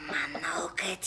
manau kad